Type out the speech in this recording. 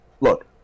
look